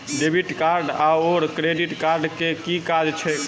Debit card आओर credit card केँ की काज छैक?